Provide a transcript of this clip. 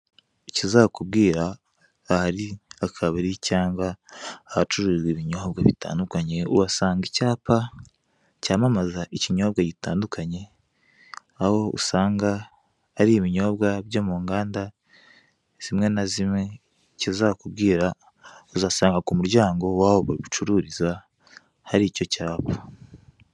Ikizakubwira ahari akabari cyangwa ahacururizwa ibinyobwa bitandukanye, uhasanga icyapa cyamamaza ikinyobwa gitandukanye, aho usanga ari ibinyobwa byo mu nganda zimwe na zimwe. icyazakubwira uzasanga ku muryango w'aho babicururiza hari icyo cyapa